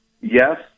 Yes